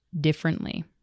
differently